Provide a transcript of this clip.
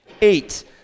Eight